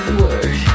word